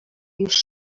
już